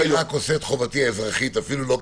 אני עושה את חובתי האזרחית לא רק כחבר ועדה